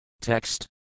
Text